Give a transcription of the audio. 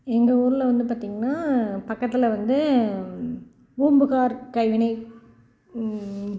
எங்கள் ஊரில் வந்து பார்த்தீங்கன்னா பக்கத்தில் வந்து பூம்புகார் கைவினை